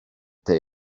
they